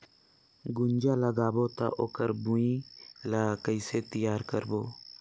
गुनजा लगाबो ता ओकर भुईं ला कइसे तियार करबो?